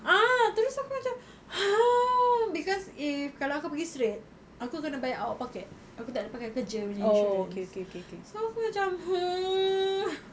ah terus aku macam !huh! because if kalau aku pergi straight aku kena bayar out of pocket aku tak boleh pakai kerja punya insurance so aku macam mm